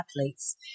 athletes